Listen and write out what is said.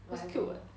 it's cute [what]